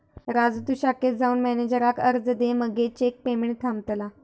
राजू तु शाखेत जाऊन मॅनेजराक अर्ज दे मगे चेक पेमेंट थांबतला